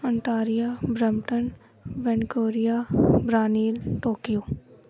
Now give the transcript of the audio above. Ontario Brampton Vancouver ਬਰਾਨੀਲ Tokyo